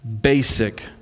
basic